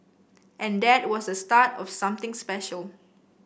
and that was the start of something special